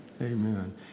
Amen